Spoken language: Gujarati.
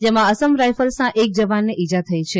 જેમાં અસમ રાયફલ્સના એક જવાનને ઇજા થઇ છે